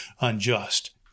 unjust